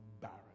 barren